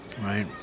right